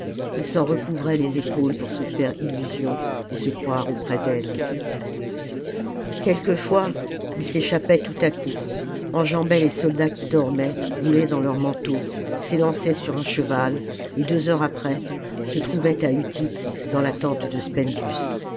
ii s'en recouvrait les épaules pour se faire illusion et se croire auprès d'elle quelquefois il s'échappait tout à coup enjambait les soldats qui dormaient roulés dans leurs manteaux s'élançait sur un cheval et deux heures après se trouvait à utique dans la tente de